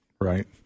right